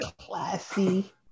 classy